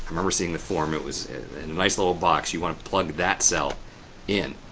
remember seeing the formula was in a nice little box, you want to plug that cell in.